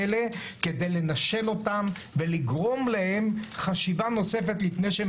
כדי לנשל אותם ולגרום להם לחשיבה נוספת לפני שהם